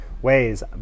ways